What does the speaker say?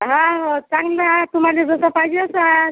हा हो चांगलं आहे तुम्हाला जसं पाहिजे तसं आहे